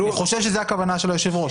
אני חושב שזו הכוונה של היושב-ראש,